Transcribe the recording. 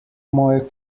moje